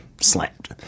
slammed